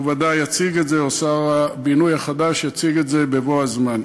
הוא או שר הבינוי החדש ודאי יציגו את זה בבוא הזמן.